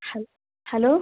ஹல் ஹலோ